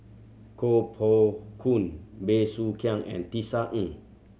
Koh Poh Koon Bey Soo Khiang and Tisa Ng